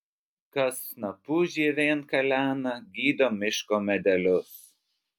kas snapu žievėn kalena gydo miško medelius